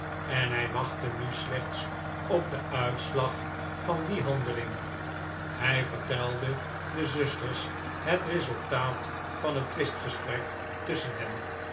en hij wachtte nu slechts op den uitslag van die handeling hij vertelde de zusters het resultaat van het twistgesprek tusschen hen